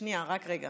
חבר הכנסת